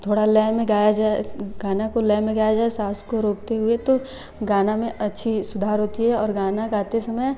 थोड़ा लय में गाया जाए गाने को लय में गाया जाए साँस को रोकते हुए तो गाने में अच्छी सुधार होती है और गाना गाते समय